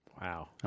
Wow